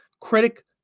critic